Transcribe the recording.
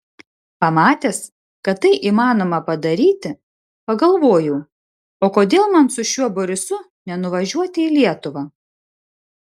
pamatęs kad tai įmanoma padaryti pagalvojau o kodėl man su šiuo borisu nenuvažiuoti į lietuvą